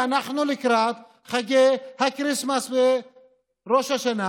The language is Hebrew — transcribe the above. ואנחנו לקראת חגי הכריסטמס וראש השנה